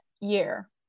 year